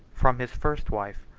from his first wife,